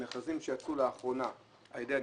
מכרזים שיצאו לאחרונה על ידי הנציבות,